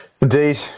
Indeed